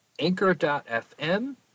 anchor.fm